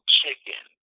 chicken